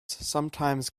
sometimes